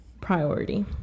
priority